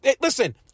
Listen